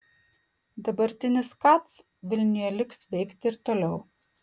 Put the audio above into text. dabartinis kac vilniuje liks veikti ir toliau